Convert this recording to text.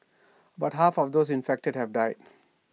about half of those infected have died